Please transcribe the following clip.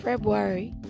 February